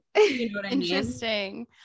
Interesting